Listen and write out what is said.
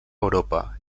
europa